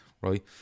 Right